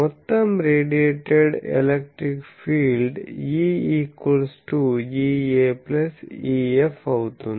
మొత్తం radiated electric field E EA EF అవుతుంది